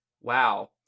Wow